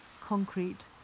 concrete